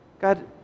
God